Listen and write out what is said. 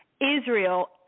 Israel